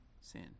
sin